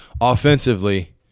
Offensively